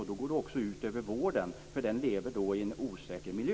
Det kommer att gå ut över vården, som då lever i en osäker miljö.